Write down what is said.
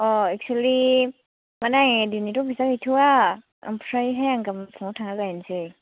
actually माने आंना दिनैथ' फैसा गैथ'वा आ ओमफ्रायहाय आं गाबोन फुङावहाय थांना लायसै